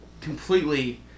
completely